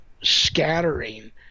scattering